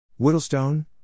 Whittlestone